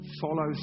follow